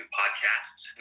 podcasts